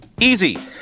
Easy